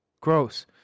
Gross